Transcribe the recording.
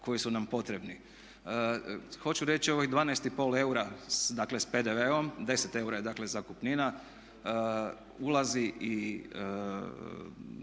koji su nam potrebni. Hoću reći, ovih 12,5 eura, dakle sa PDV-om, 10 eura je dakle zakupnina ulazi i